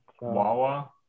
wawa